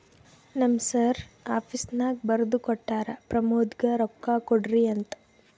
ನಮ್ ಸರ್ ಆಫೀಸ್ನಾಗ್ ಬರ್ದು ಕೊಟ್ಟಾರ, ಪ್ರಮೋದ್ಗ ರೊಕ್ಕಾ ಕೊಡ್ರಿ ಅಂತ್